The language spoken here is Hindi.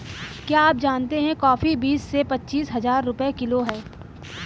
क्या आप जानते है कॉफ़ी बीस से पच्चीस हज़ार रुपए किलो है?